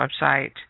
website